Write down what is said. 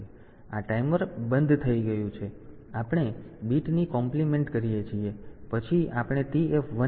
તેથી આ ટાઈમર બંધ થઈ ગયું છે પછી આપણે બીટની કોમ્પ્લીમેન્ટ કરીએ છીએ પછી આપણે TF1 બીટને સાફ કરીએ છીએ